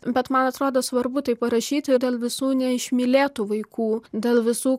bet man atrodo svarbu tai parašyti dėl visų neišmylėtų vaikų dėl visų